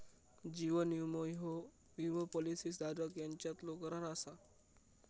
जीवन विमो ह्यो विमो पॉलिसी धारक यांच्यातलो करार असा